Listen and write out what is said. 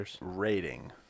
rating